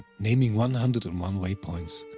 naming one hundred and one waypoints.